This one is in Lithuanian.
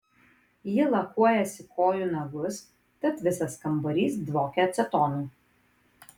ji lakuojasi kojų nagus tad visas kambarys dvokia acetonu